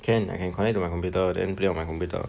can I can connect to my computer then play on my computer